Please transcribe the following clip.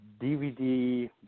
DVD